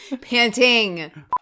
panting